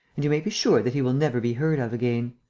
and you may be sure that he will never be heard of again.